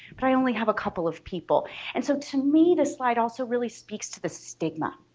but i only have a couple of people and so to me this slide also really speaks to the stigma.